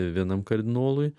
vienam kardinolui